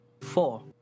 four